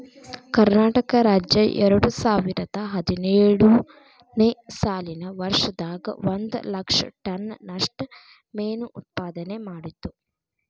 ಕರ್ನಾಟಕ ರಾಜ್ಯ ಎರಡುಸಾವಿರದ ಹದಿನೇಳು ನೇ ಸಾಲಿನ ವರ್ಷದಾಗ ಒಂದ್ ಲಕ್ಷ ಟನ್ ನಷ್ಟ ಮೇನು ಉತ್ಪಾದನೆ ಮಾಡಿತ್ತು